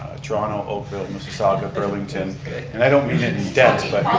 ah toronto, oakville, mississauga, burlington and i don't mean it's dense but